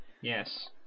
yes